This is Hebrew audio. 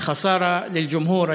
ההפסד הוא של הציבור,